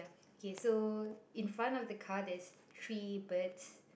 ok so in front of the car there is three birds